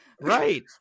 Right